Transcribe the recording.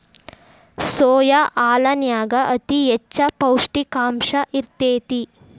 soya ಹಾಲನ್ಯಾಗ ಅತಿ ಹೆಚ್ಚ ಪೌಷ್ಟಿಕಾಂಶ ಇರ್ತೇತಿ